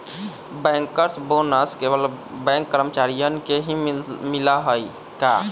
Bankers bonus केवल bank कर्मचारियन के ही मिला हई का?